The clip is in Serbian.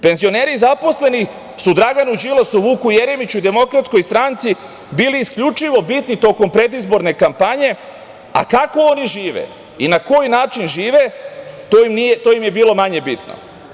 Penzioneri i zaposleni su Draganu Đilasu, Vuku Jeremiću, DS bili isključivo bitni tokom predizborne kampanje, a kako oni žive i na koji način žive, to im je bilo manje bitno.